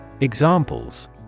Examples